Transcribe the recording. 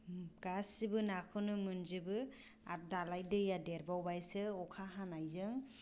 गासैबो नाखौनो मोनजोबो आरो दालाय दैया देरबावबायसो अखा हानायजों